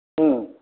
ம்